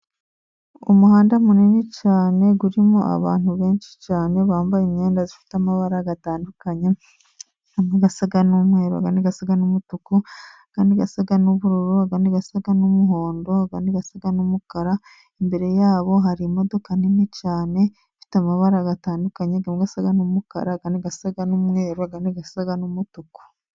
Umuhanda munini cyane urimo abantu benshi cyane, bambaye imyenda ifite amabara atandukanye, asa n'umweru n'asa n'umutuku, kandi asa n'ubururu, asa n'umuhondo, andi asa n'umukara, imbere yabo hari imodoka nini cyane ifite amabara atandukanye, amwe asa n'umukara n'asa n'umweru, ayandi asa n'umutuku.